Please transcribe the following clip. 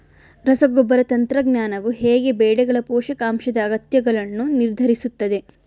ರಸಗೊಬ್ಬರ ತಂತ್ರಜ್ಞಾನವು ಹೇಗೆ ಬೆಳೆಗಳ ಪೋಷಕಾಂಶದ ಅಗತ್ಯಗಳನ್ನು ನಿರ್ಧರಿಸುತ್ತದೆ?